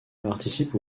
participe